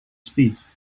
speeds